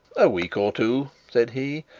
a week or two said he,